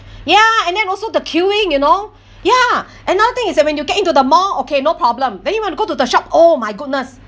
ya and then also the queuing you know ya another thing is that when you get into the mall okay no problem then you want to go to the shop oh my goodness